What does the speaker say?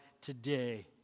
today